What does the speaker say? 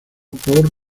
por